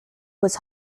was